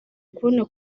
kubona